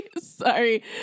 sorry